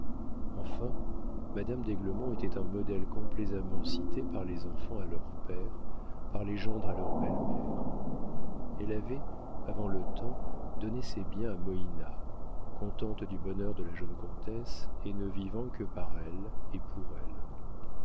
enfin madame d'aiglemont était un modèle complaisamment cité par les enfants à leurs pères par les gendres à leurs belles mères elle avait avant le temps donné ses biens à moïna contente du bonheur de la jeune comtesse et ne vivant que par elle et pour elle